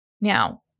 Now